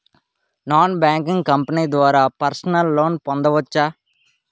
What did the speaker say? Non banking company ద్వారా personal loan పొందవచ్చా?